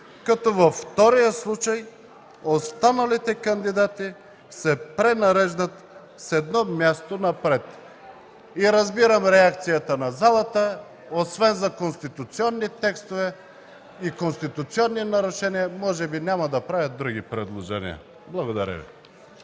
като във втория случай останалите кандидати се пренареждат с едно място напред”. Разбирам реакцията на залата – освен за конституционни текстове и конституционни нарушения, може би няма да правя други предложения. Благодаря Ви.